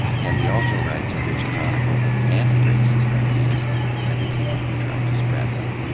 kendi also writes a rich chronicle of anti-racist ideas and the people who tried to spread them,